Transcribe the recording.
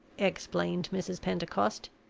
explained mrs. pentecost,